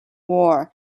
war